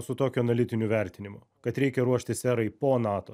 su tokiu analitiniu vertinimu kad reikia ruoštis erai po nato